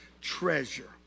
treasure